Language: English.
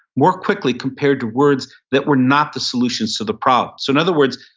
more quickly compared to words that were not the solutions to the problem. so in other words,